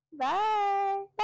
Bye